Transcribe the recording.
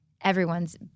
everyone's